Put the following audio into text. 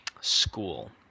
school